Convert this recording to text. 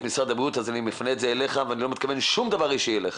אז אני מפנה את זה אליך ואני לא מתכוון לשום דבר אישי אליך,